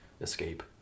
escape